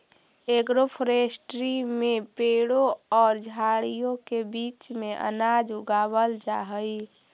agroforestry में पेड़ों और झाड़ियों के बीच में अनाज उगावाल जा हई